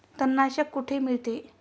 तणनाशक कुठे मिळते?